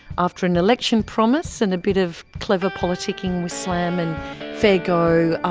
after an election promise and a bit of clever politicking with slam and fair go,